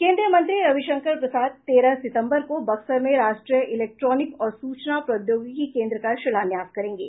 केन्द्रीय मंत्री रविशंकर प्रसाद तेरह सितम्बर को बक्सर में राष्ट्रीय इलेक्ट्रॉनिक और सूचना प्रोद्यौगिकी केन्द्र का शिलान्यास करेंगे